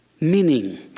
meaning